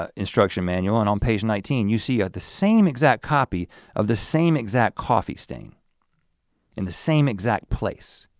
ah instruction manual and on page nineteen, you see the same exact copy of the same exact coffee stain in the same exact place.